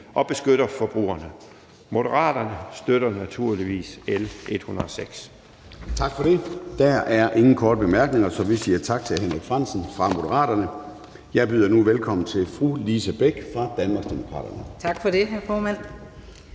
og beskytter forbrugerne. Moderaterne støtter naturligvis L 106.